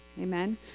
Amen